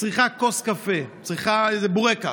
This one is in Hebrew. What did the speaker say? וצריכה כוס קפה, צריכה איזה בורקס,